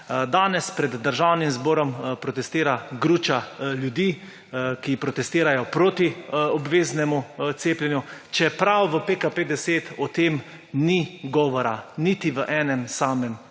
Danes pred Državnim zborom protestira gruča ljudi, ki protestirajo proti obveznemu cepljenju, čeprav v PKP10 o tem ni govora niti v enem samem